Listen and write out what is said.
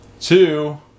two